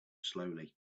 slowly